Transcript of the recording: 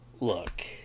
look